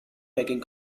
making